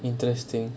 interesting